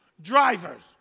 Drivers